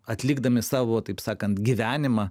atlikdami savo taip sakant gyvenimą